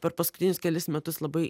per paskutinius kelis metus labai